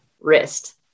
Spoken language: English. wrist